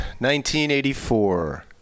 1984